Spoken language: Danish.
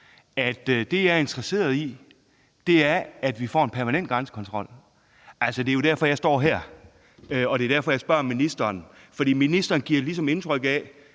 – det er jo klart som solen – er, at vi får en permanent grænsekontrol. Altså, det er jo derfor, at jeg står her, og det er derfor, jeg spørger ministeren. For ministeren giver ligesom indtryk af,